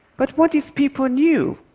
but what if people knew